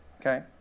Okay